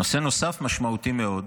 נושא נוסף משמעותי מאוד